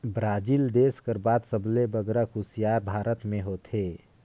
Brazil देस कर बाद सबले बगरा कुसियार भारत में होथे